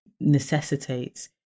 necessitates